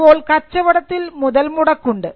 അപ്പോൾ കച്ചവടത്തിൽ മുതൽമുടക്കുണ്ട്